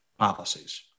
Policies